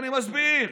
לא, אני רק מסביר.